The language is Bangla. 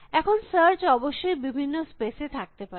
এখন সার্চ অবশ্যই বিভিন্ন স্পেস এ থাকতে পারে